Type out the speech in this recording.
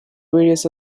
various